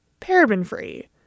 paraben-free